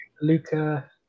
Luca